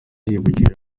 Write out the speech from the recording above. yibukije